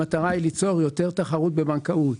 המטרה היא ליצור יותר תחרות בבנקאות.